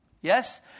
Yes